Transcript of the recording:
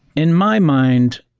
in my mind,